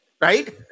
right